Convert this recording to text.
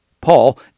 Paul